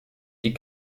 die